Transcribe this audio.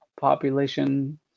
population